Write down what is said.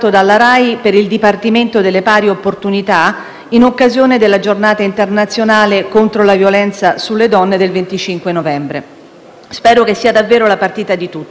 in occasione della Giornata internazionale contro la violenza sulle donne del 25 novembre. Spero sia davvero la partita di tutti, a prescindere dagli schieramenti politici.